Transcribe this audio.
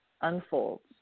unfolds